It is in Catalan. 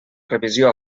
revisió